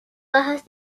bajas